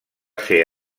ser